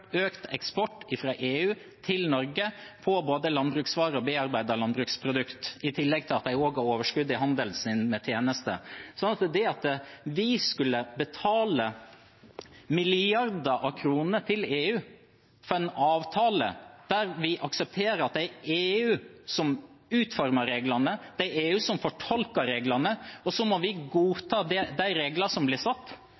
eksport fra EU til Norge av både landbruksvarer og bearbeidede landbruksprodukter, i tillegg til at de også har overskudd i handelen sin med tjenester. Så det at vi skulle betale milliarder av kroner til EU for en avtale der vi aksepterer at det er EU som utformer reglene, at det er EU som fortolker reglene, og vi må